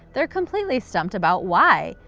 they're completely stumped about why.